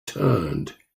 turned